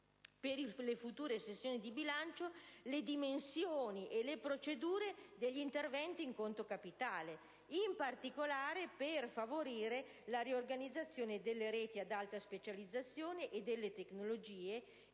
per le future sessioni di bilancio, le dimensioni e le procedure degli interventi in conto capitale, in particolare per favorire la riorganizzazione delle reti ad alta specializzazione e delle tecnologie,